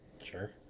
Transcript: Sure